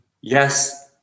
Yes